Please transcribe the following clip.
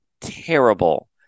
terrible